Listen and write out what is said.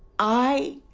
i.